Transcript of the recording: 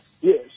Yes